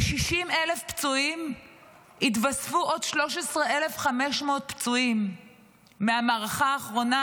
ל-60,000 פצועים התווספו עוד 13,500 פצועים מהמערכה האחרונה,